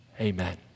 Amen